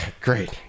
great